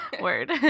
word